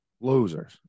losers